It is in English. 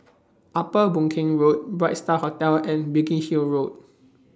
Upper Boon Keng Road Bright STAR Hotel and Biggin Hill Road